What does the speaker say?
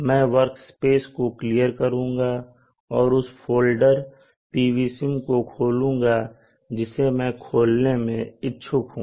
मैं वर्कस्पेस को क्लियर करुंगा और उस फोल्डर pvsim को खोलूंगा जिसे मैं खोलने में इच्छुक हूं